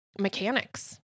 mechanics